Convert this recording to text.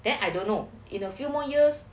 then I don't know in a few more years